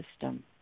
system